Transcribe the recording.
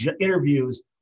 interviews